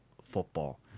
football